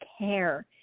care